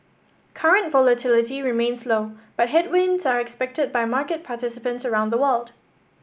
current volatility remains low but headwinds are expected by market participants around the world